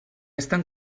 estan